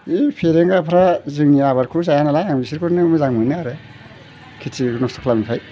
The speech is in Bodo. बे फेरेंगाफ्रा जोंनि आबादखौ जाया नालाय आं बेसोरखौनो मोजां मोनो आरो खेथि नस्थ' खालामिखाय